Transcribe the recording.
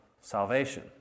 salvation